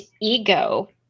Ego